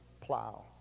plow